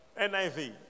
NIV